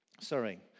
sorry